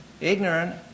ignorant